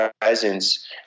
presence